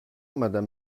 madame